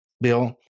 Bill